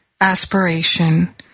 aspiration